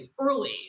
early